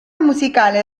musicale